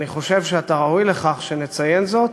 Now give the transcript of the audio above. אני חושב שאתה ראוי לכך שנציין זאת,